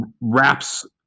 wraps